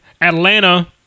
Atlanta